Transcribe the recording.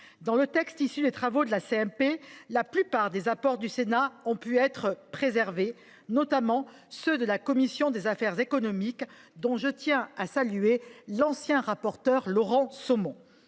Dans le texte issu des travaux de la commission mixte paritaire, la plupart des apports du Sénat ont pu être préservés, notamment ceux de la commission des affaires économiques, dont je tiens à saluer l’ancien rapporteur, Laurent Somon.